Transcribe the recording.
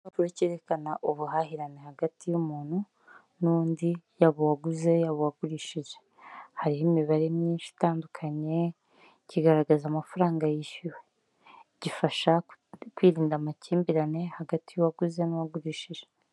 Igipapuro cyerekana ubuhahirane hagati y'umuntu n'undi yaba uwaguze, yaba wagurishije, hariho imibare myinshi itandukanye. Kigaragaza amafaranga yishyuwe, gifasha kwirinda amakimbirane hagati y'uwaguze n'uwagurishije.